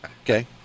Okay